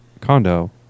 condo